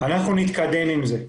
אנחנו נתקדם עם זה,